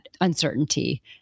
uncertainty